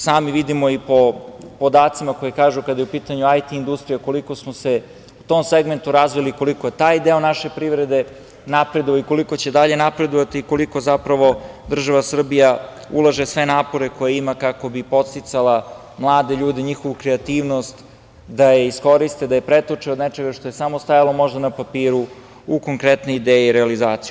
Sami vidimo i po podacima koji kažu, kada je u pitanju IT industrija, koliko smo se u tom segmentu razvili, koliko je taj deo naše privrede napreduje i koliko će dalje napredovati i koliko zapravo država Srbija ulaže sve napore koje ima kako bi podsticala mlade ljude, njihovu kreativnost da je iskoriste, da je pretoče od nečega što je samo stajalo možda na papiru, u konkretne ideje i realizaciju.